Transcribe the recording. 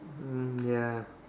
um ya